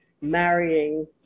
marrying